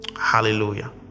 hallelujah